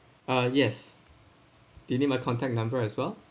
ah yes do you need my contact number as well